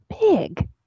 big